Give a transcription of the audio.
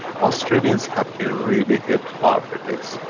australians had been really hit hard with this.